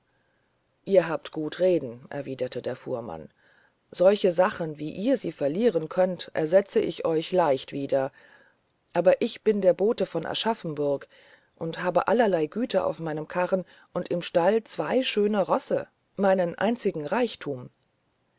ihr habt gut reden erwiderte der fuhrmann solche sachen wie ihr sie verlieren könnt ersetzt ihr euch leicht wieder aber ich bin der bote von aschaffenburg und habe allerlei güter auf meinem karren und im stall zwei schöne rosse meinen einzigen reichtum